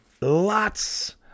lots